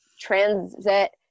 transit